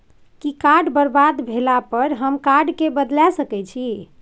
कि कार्ड बरबाद भेला पर हम कार्ड केँ बदलाए सकै छी?